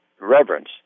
reverence